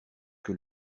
que